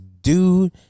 dude